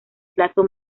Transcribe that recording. plazo